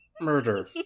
Murder